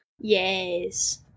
Yes